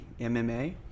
MMA